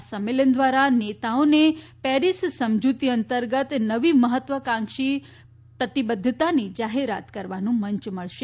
આ સંમેલન દ્વારા નેતાઓને પેરીસ સમજૂતી અંતર્ગત નવી મહત્વાકાંક્ષી પ્રતિબદ્ધતાની જાહેરાત કરવાનું મંચ મળશે